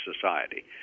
society